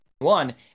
One